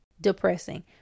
depressing